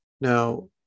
Now